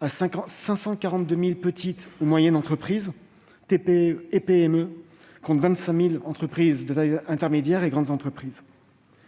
-à 542 000 petites et moyennes entreprises et à 25 000 entreprises de taille intermédiaire et grandes entreprises.